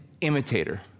imitator